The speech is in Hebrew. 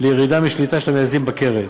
לירידה משליטה של המייסדים בקרן.